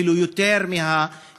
אפילו יותר מליהודים,